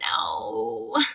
no